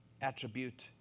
attribute